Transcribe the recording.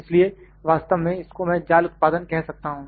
इसलिए वास्तव में इसको मैं जाल उत्पादन कह सकता हूं